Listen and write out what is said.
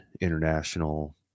international